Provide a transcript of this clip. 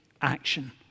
action